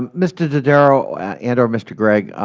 um mr. dodaro and or mr. gregg,